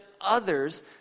others